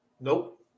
Nope